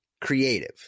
creative